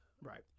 Right